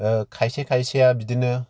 ओ खायसे खायसेया बिदिनो